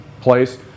place